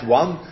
one